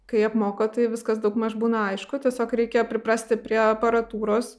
kai apmoko tai viskas daugmaž būna aišku tiesiog reikia priprasti prie aparatūros